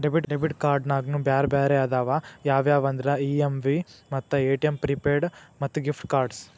debit ಕ್ಯಾರ್ಡ್ನ್ಯಾಗು ಬ್ಯಾರೆ ಬ್ಯಾರೆ ಅದಾವ ಅವ್ಯಾವಂದ್ರ ಇ.ಎಮ್.ವಿ ಮತ್ತ ಎ.ಟಿ.ಎಂ ಪ್ರಿಪೇಯ್ಡ್ ಮತ್ತ ಗಿಫ್ಟ್ ಕಾರ್ಡ್ಸ್